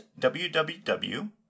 www